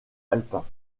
alpin